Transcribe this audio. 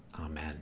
Amen